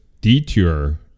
detour